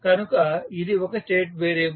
కనుక ఇది ఒక స్టేట్ వేరియబుల్